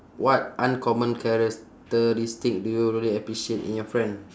what uncommon characteristic do you really appreciate in your friend